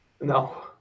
No